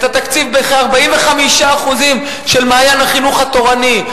של "מעיין החינוך התורני",